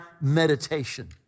meditation